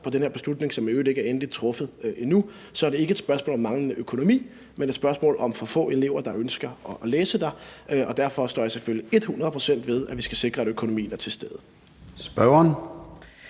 på den her beslutning, som i øvrigt ikke er endeligt truffet endnu, er det ikke et spørgsmål om manglende økonomi, men et spørgsmål om for få elever, jeg ønsker at læse der. Og derfor står jeg selvfølgelig et hundrede procent ved, at vi skal sikre, at økonomien er til stede. Kl.